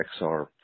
XR